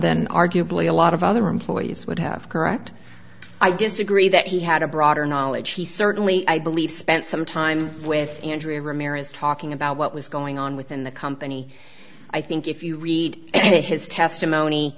than arguably a lot of other employees would have correct i disagree that he had a broader knowledge he certainly i believe spent some time with andrea ramirez talking about what was going on within the company i think if you read any of his testimony